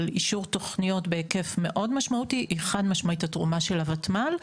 של אישור תוכניות בהיקף מאוד משמעותי היא חד משמעית התרומה של הותמ"ל,